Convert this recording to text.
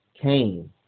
Cain